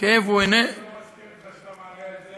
הכאב הוא, אני לא מסכים אתך שאתה מעלה את זה